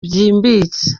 byimbitse